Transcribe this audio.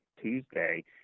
Tuesday